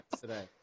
today